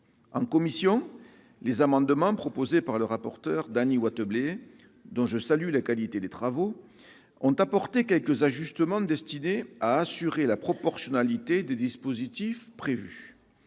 En commission, les amendements proposés par le rapporteur Dany Wattebled, dont je salue la qualité des travaux, ont apporté quelques ajustements destinés à assurer la proportionnalité des dispositifs prévus.